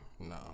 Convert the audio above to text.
No